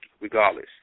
regardless